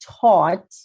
taught